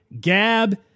Gab